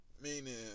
Meaning